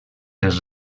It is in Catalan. les